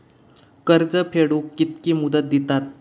कर्ज फेडूक कित्की मुदत दितात?